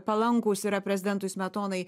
palankūs yra prezidentui smetonai